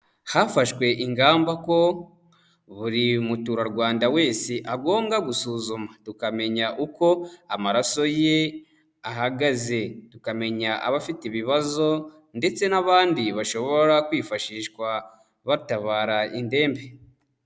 Hafashwe ingamba ko buri muturarwanda wese agomba gusuzumwa tukamenya uko amaraso ye ahagaze. Tukamenya abafite ibibazo, ndetse n'abandi bashobora kwifashishwa batabara indembe.